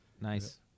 Nice